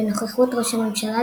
בנוכחות ראש הממשלה,